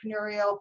entrepreneurial